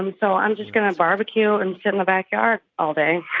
um so i'm just going to barbecue and sit in the backyard all day